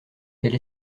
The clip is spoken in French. elle